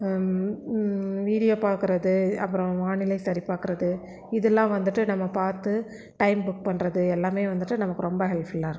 video பார்க்குறது அப்புறம் வானிலை சரி பார்க்குறது இதெல்லாம் வந்துவிட்டு நம்ம பார்த்து டைம் புக் பண்ணுறது எல்லாமே வந்துவிட்டு நமக்கு ரொம்ப ஹெல்ப்ஃபுல்லாக இருக்கு